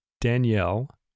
Danielle